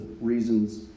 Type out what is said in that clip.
reasons